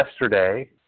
yesterday